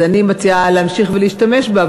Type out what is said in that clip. אני מציעה להמשיך ולהשתמש בה,